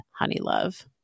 Honeylove